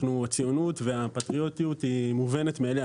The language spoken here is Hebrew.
הציונות והפטריוטיות מובנת מאליה.